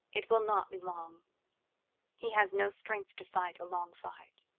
it will not be long he has no strength to fight a long fight.